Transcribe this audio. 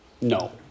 No